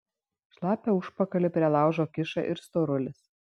šlapią užpakalį prie laužo kiša ir storulis